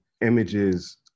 images